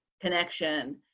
connection